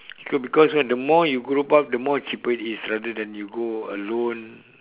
okay because why the more you group up the more cheaper it is rather than you go alone